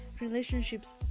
relationships